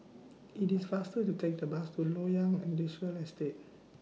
IT IS faster to Take The Bus to Loyang Industrial Estate